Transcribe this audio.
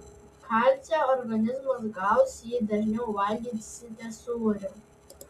kalcio organizmas gaus jei dažniau valgysite sūrio